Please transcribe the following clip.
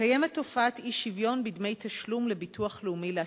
קיימת תופעת אי-שוויון בדמי תשלום לביטוח לאומי לעצמאים.